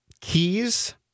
Keys